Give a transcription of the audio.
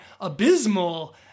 abysmal